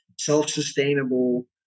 self-sustainable